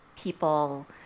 people